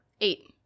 eight